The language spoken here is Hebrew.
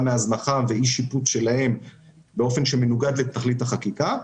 מהזנחה ואי שיפוץ שלהם באופן שמנוגד לתכלית החקיקה,